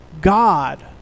God